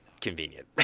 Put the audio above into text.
convenient